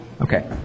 Okay